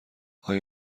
آیا